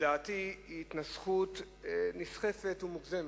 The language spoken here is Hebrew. לדעתי זו התנסחות נסחפת ומוגזמת,